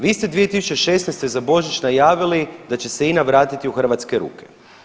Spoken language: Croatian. Vi ste 2016. za Božić najavili da će se INA vratiti u hrvatske ruke.